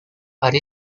hari